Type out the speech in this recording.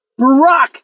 Barack